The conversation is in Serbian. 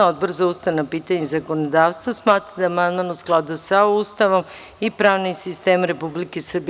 Odbor za ustavna pitanja i zakonodavstvo smatra da je amandman u skladu sa Ustavom i pravnim sistemom Republike Srbije.